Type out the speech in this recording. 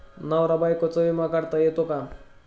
नवरा बायकोचा विमा काढता येतो का?